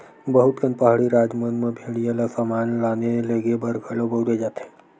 बहुत कन पहाड़ी राज मन म भेड़िया ल समान लाने लेगे बर घलो बउरे जाथे